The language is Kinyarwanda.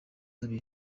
nawe